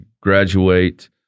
graduate